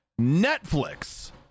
Netflix